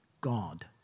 God